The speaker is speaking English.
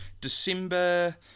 December